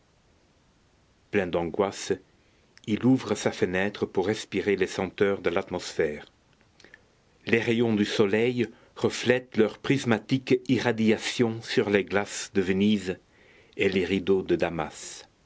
plein d'angoisse il ouvre sa fenêtre pour respirer les senteurs de l'atmosphère les rayons du soleil reflètent leurs prismatiques irradiations sur les glaces de venise et les rideaux de damas